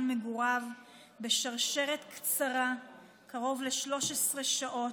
מגוריו בשרשרת צרה קרוב ל-13 שעות,